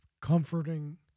comforting